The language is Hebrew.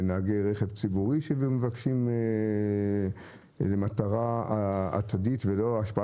ונהגי רכב ציבורי שמבקשים למטרה עתידית ולא להשפעה